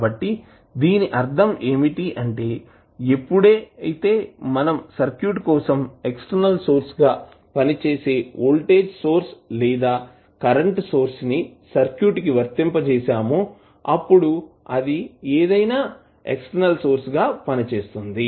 కాబట్టి దీని అర్ధమే ఏమిటి అంటే ఎప్పుడైతే మనం సర్క్యూట్ కోసం ఎక్స్టర్నల్ సోర్స్ గా పనిచేసే వోల్టేజ్ సోర్స్ లేదా కరెంట్ సోర్స్ ని సర్క్యూట్ కి వర్తింపజేసామో అప్పుడు అది ఏదైనా ఎక్స్టర్నల్ సోర్స్ గా పనిచేస్తుంది